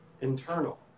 internal